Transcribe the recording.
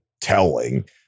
telling